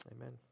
amen